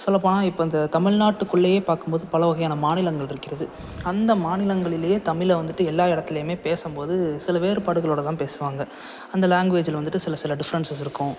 சொல்ல போனால் இப்போ இந்த தமிழ்நாட்டுக்குள்ளேயே பார்க்கும் போது பலவகையான மாநிலங்கள் இருக்கிறது அந்த மாநிலங்களிலேயே தமிழ வந்துட்டு எல்லா இடத்துலையுமே பேசும் போது சில வேறுபாடுகளோட தான் பேசுவாங்க அந்த லாங்குவேஜ்ல வந்துட்டு சில சில டிஃபரெண்ஸ்சஸ் இருக்கும்